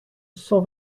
cent